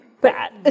bad